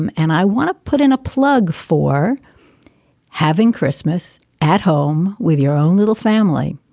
and and i want to put in a plug for having christmas at home with your own little family.